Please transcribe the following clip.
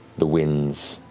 the winds,